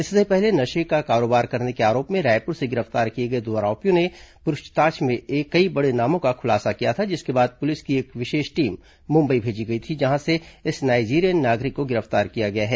इससे पहले नशे का कारोबार करने के आरोप में रायपुर से गिरफ्तार किए गए दो आरोपियों ने पूछताछ में कई बड़े नामों का खुलासा किया था जिसके बाद पुलिस की एक विशेष टीम मुंबई भेजी गई थी जहां से इस नाइजीरियन नागरिक को गिरफ्तार किया गया है